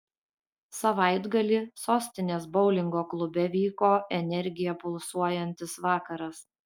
savaitgalį sostinės boulingo klube vyko energija pulsuojantis vakaras